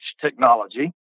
technology